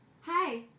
Hi